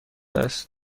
است